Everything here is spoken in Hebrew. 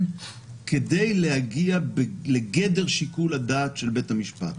כדי להגיע לגדר שיקול הדעת של בית המשפט.